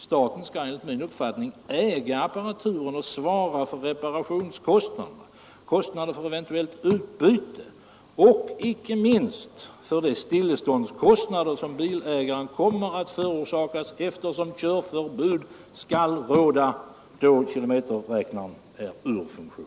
Staten skall enligt min uppfattning äga apparaturen och svara för reparationskostnader, kostnader för eventuellt utbyte och, icke minst, de stilleståndskostnader som bilägaren kommer att förorsakas, eftersom körförbud skall råda då kilometerräknaren är ur funktion.